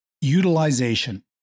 utilization